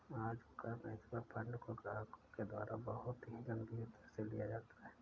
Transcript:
आजकल mutual fund को ग्राहकों के द्वारा बहुत ही गम्भीरता से लिया जाता है